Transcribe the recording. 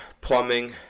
plumbing